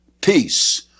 peace